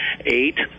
eight